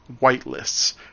whitelists